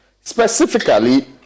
specifically